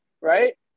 right